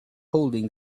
holding